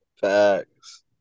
Facts